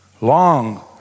Long